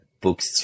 books